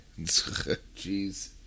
Jeez